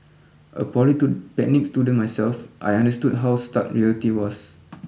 a polytechnic student myself I understood how stark reality was